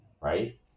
right